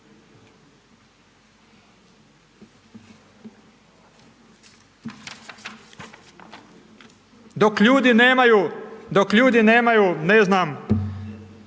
dok ljudi nemaju, ne znam,